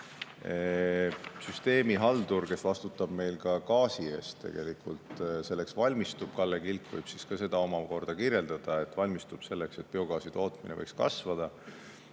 Süsteemihaldur, kes vastutab meil ka gaasi eest, tegelikult selleks valmistub. Kalle Kilk võib seda omakorda kirjeldada, et ta valmistub selleks, et biogaasi tootmine võiks kasvada.